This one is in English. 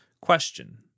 Question